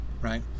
right